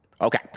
Okay